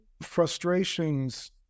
frustrations